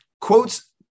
quotes